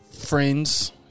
Friends